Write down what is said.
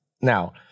Now